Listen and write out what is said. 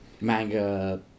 manga